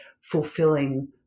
fulfilling